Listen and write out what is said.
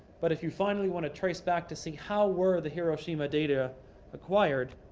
but if you finally want to trace back to see how were the hiroshima data acquired,